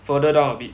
further down a bit